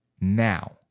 now